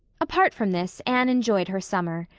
apart from this, anne enjoyed her summer.